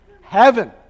Heaven